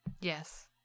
yes